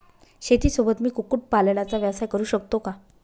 शेतीसोबत मी कुक्कुटपालनाचा व्यवसाय करु शकतो का?